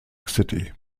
city